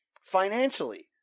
financially